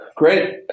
Great